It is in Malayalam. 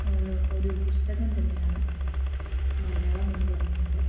ഒരു പുസ്തകം തന്നെയാണ് മലയാളം എന്ന് പറയുന്നത്